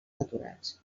naturals